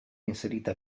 inserita